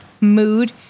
mood